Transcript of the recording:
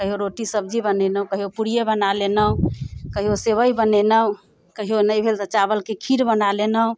कहियो रोटी सब्जी बनेनहुँ कहियो पुरिये बना लेनहुँ कहियो सेबइ बनेनहुँ कहियो नहि भेल तऽ चावलके खीर बना लेनहुँ